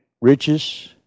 riches